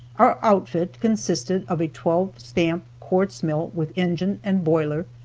our outfit consisted of a twelve stamp quartz mill with engine and boiler,